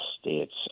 States